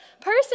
person